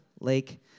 Lake